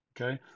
Okay